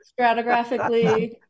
stratigraphically